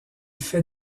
fait